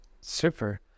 Super